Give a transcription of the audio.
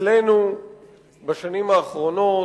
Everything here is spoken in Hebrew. אצלנו בשנים האחרונות,